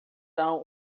são